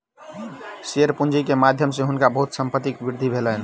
share पूंजी के माध्यम सॅ हुनका बहुत संपत्तिक वृद्धि भेलैन